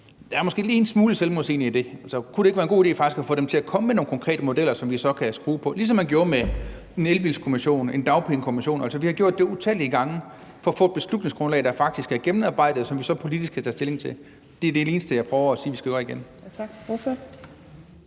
det er måske lige en smule selvmodsigende. Kunne det faktisk ikke være en god idé at få dem til at komme med nogle konkrete modeller, som vi så kan skrue på, ligesom man gjorde det med en elbilkommission, en dagpengekommission? Altså, vi har gjort det utallige gange for at få et beslutningsgrundlag, der faktisk er gennemarbejdet, og som vi så politisk kan tage stilling til. Det er det eneste, jeg prøver at sige at vi skal gøre igen.